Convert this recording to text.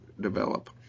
develop